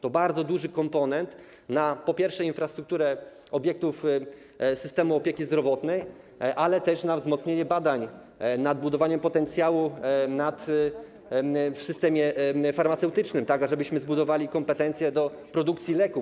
To bardzo duży komponent, po pierwsze, na infrastrukturę obiektów systemu opieki zdrowotnej, ale też na wzmocnienie badań nad budowaniem potencjału w systemie farmaceutycznym, tak ażebyśmy zbudowali kompetencje do produkcji leków.